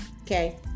okay